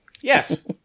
Yes